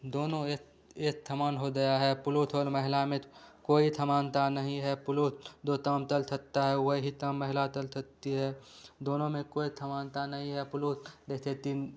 दोनों एथ एथ थमान हो दया है पुलुथ औल महिला में त कोई थमान ता नहीं है पुलुथ दो ताम तल थत्ता है वही ताम महिला तल थत्ती है दोनों में कोई थमानता नहीं है पुलुथ दैथे तीन